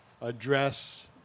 address